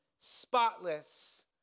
spotless